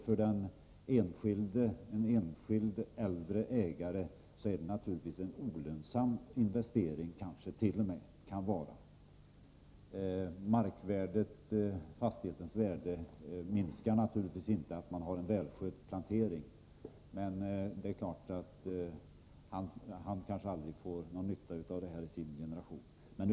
För en enskild äldre ägare kan det naturligtvis vara en olönsam investering. Fastighetens värde minskar givetvis inte av att man har en välskött plantering, men det är klart att en sådan ägare kanske aldrig får någon nytta av den i sin generation.